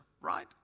right